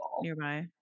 Nearby